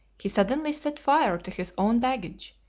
he suddenly set fire to his own baggage,